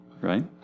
right